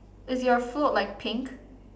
is your float like pink